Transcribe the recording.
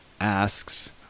asks